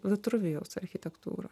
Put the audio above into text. vitruvijaus architektūra